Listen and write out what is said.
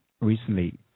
recently